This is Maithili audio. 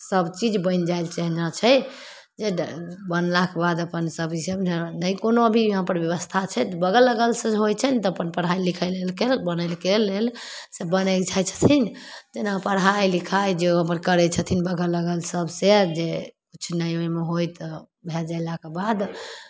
सबचीज बनि जाइ छै जे बनलाके बाद अपन सब नहि कोनो अभी यहाँपर बेबस्था छै तऽ बगल अगलसे जे होइ छै ने तऽ अपन पढ़ाइ लिखाइ लेल बनैके लेल से बनै छै छथिन जेना पढ़ाइ लिखाइ जे ओ अपन करै छथिन बगल अगल सबसे जे किछु नहि ओहिमे होइ तऽ भऽ जेलाके बाद